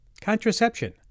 contraception